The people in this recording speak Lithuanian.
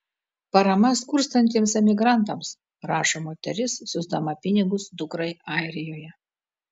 parama skurstantiems emigrantams rašo moteris siųsdama pinigus dukrai airijoje